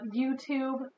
YouTube